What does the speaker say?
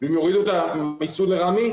אם יורידו את המיסוי לרמ"י,